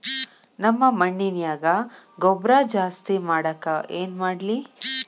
ನಮ್ಮ ಮಣ್ಣಿನ್ಯಾಗ ಗೊಬ್ರಾ ಜಾಸ್ತಿ ಮಾಡಾಕ ಏನ್ ಮಾಡ್ಲಿ?